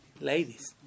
ladies